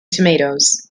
tomatoes